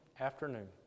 afternoon